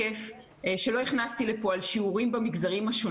כאשר ייגמר השבוע נראה אותה מגמת עלייה.